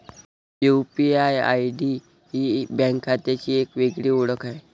UPI ID ही bank खात्याची एक वेगळी ओळख आहे